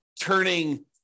turning